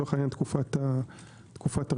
לצורך העניין תקופת הרשיון.